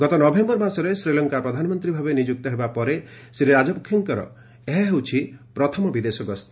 ଗତ ନଭେୟର ମାସରେ ଶ୍ରୀଲଙ୍କା ପ୍ରଧାନମନ୍ତ୍ରୀ ଭାବେ ନିଯୁକ୍ତ ହେବା ପରେ ଶ୍ରୀ ରାଜପକ୍ଷେଙ୍କର ଏହା ହେଉଛି ପ୍ରଥମ ବିଦେଶଗସ୍ତ ହେବ